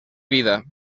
vida